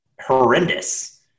horrendous